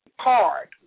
card